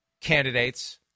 candidates